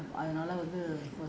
err